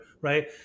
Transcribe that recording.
right